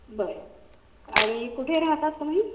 बरं आणि कुठे राहतात तुम्ही